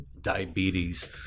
diabetes